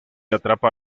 atrapa